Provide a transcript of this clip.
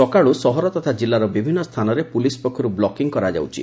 ସକାଳୁ ସହର ତଥା ଜିଲ୍ଲାର ବିଭିନ୍ନ ସ୍ଚାନରେ ପୋଲିସ୍ ପକ୍ଷରୁ ବ୍ଲକିଂ କରାଯାଉଛି